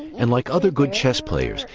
and like other good chess players,